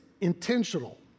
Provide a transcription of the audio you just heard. intentional